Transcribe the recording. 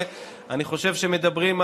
אני אעלה לדבר.